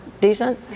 decent